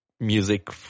Music